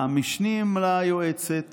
המשנים ליועצת